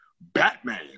Batman